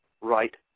right